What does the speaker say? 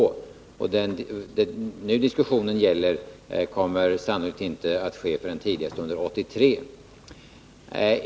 De leveranser som diskussionen nu gäller kommer sannolikt inte att ske förrän tidigast under 1983.